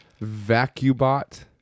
VacuBot